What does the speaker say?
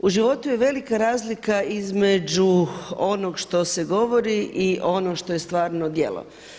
U životu je velika razlika između onog što se govori i ono što je stvarno djelo.